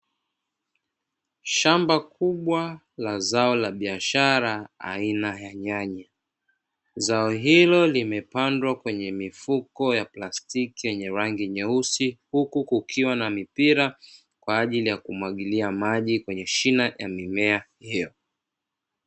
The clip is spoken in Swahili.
Shamba kubwa la zao la biashara aina ya nyanya. Zao hilo limepandwa kwenye mifuko ya plastiki yenye rangi nyeusi huku kukiwa na mipira kwa ajili ya kumwagilia maji kwenye shina ya mimea hiyo.